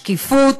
שקיפות,